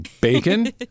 Bacon